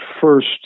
first